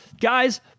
guys